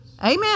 Amen